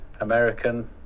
American